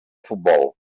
futbol